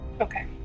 Okay